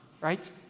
right